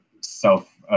self